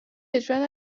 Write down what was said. اجرا